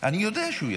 אני יודע שהוא יכול.